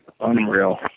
Unreal